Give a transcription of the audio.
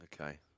Okay